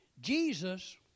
Jesus